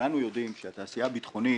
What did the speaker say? כולנו יודעים שהתעשייה הביטחונית